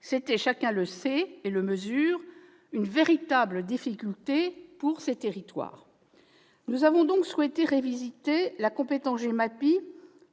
C'était, chacun le sait et le mesure, une véritable difficulté pour ces territoires. Nous avons donc souhaité revisiter la compétence GEMAPI